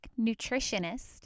nutritionist